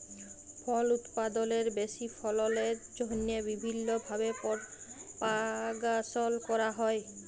ফল উৎপাদলের বেশি ফললের জ্যনহে বিভিল্ল্য ভাবে পরপাগাশল ক্যরা হ্যয়